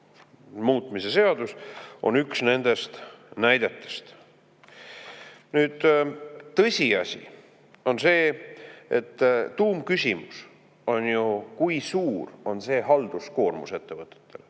muutmise seadus on üks nendest näidetest. Tõsiasi on see, et tuumküsimus on ju selles, kui suur on see halduskoormus ettevõtetel,